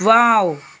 wow